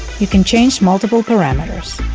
you can change multiple parameters.